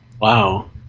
Wow